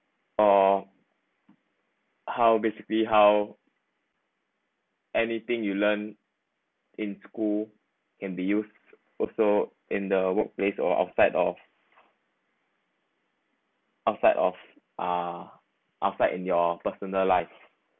or how basically how anything you learn in school can be used also in the workplace or outside of outside of uh outside in your personal life